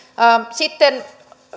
sitten